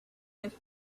have